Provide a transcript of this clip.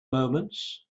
moments